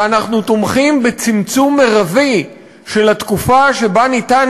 ואנחנו תומכים בצמצום מרבי של התקופה שבה ניתן